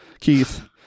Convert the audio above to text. Keith